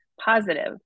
positive